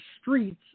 streets